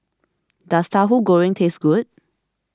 does Tahu Goreng taste good